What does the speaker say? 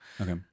Okay